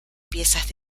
piezas